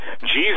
Jesus